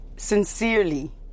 Sincerely